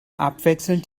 abwechselnd